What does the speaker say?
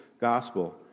gospel